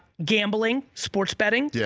gambling, sports betting, yeah